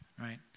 right